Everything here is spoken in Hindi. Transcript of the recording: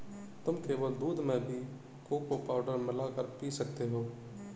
तुम केवल दूध में भी कोको पाउडर मिला कर पी सकते हो